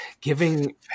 giving